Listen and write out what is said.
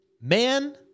man